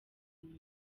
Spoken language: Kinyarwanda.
nyuma